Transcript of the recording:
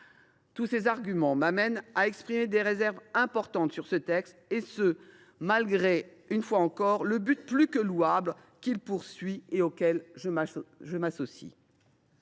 Tous ces arguments m’amènent à exprimer des réserves importantes sur ce texte, malgré, encore une fois, le but plus que louable qu’il vise et auquel je m’associe.